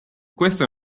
questo